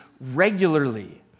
regularly